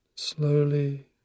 Slowly